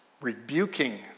rebuking